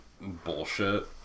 bullshit